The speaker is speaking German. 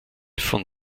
von